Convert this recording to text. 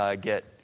get